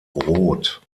rot